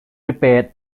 repaired